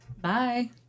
Bye